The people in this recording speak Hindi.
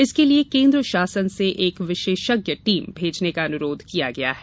इसके लिये केन्द्र शासन से एक विशेषज्ञ टीम भेजने का अनुरोध किया गया है